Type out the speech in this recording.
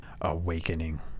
awakening